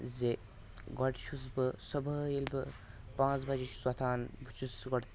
زِ گۄڈٕ چھُس بہٕ صُبحٲے ییٚلہِ بہٕ پانٛژھ بَجے چھُس وۄتھان بہٕ چھُس گۄڈٕ